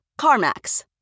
CarMax